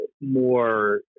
more